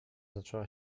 zaczęła